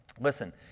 listen